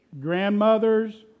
Grandmothers